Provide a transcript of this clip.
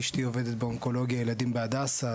אשתי עובדת באונקולוגיה ילדים בהדסה,